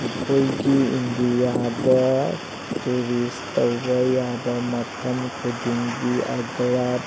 ꯑꯩꯈꯣꯏꯒꯤ ꯏꯟꯗꯤꯌꯥꯗ ꯇꯨꯔꯤꯁ ꯇꯧꯕ ꯌꯥꯕ ꯃꯐꯝ ꯈꯨꯗꯤꯡꯗꯤ ꯑꯒ꯭ꯔꯥ